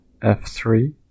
f3